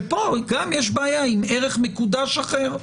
שיש פה בעיה עם ערך מקודש אחר,